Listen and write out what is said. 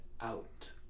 out